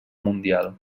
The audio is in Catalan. mundial